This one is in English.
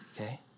okay